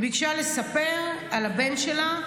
היא ביקשה לספר על הבן שלה,